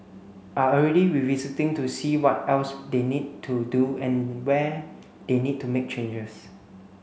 are already revisiting to see what else they need to do and where they need to make changes